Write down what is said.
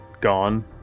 gone